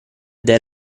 del